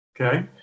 Okay